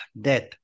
death